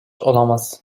olamaz